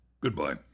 goodbye